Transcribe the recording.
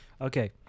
Okay